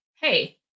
Hey